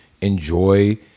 enjoy